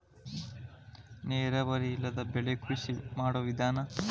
ನೇರಾವರಿ ಇಲ್ಲದೆ ಬೆಳಿಯು ಕೃಷಿ ಮಾಡು ವಿಧಾನಾ